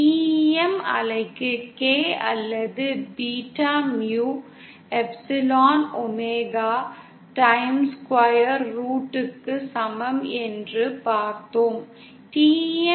TEM அலைக்கு K அல்லது beta mu எப்சிலனின் ஒமேகா டைம்ஸ் ஸ்கொயர் ரூட்டுக்கு சமம் என்று பார்த்தோம்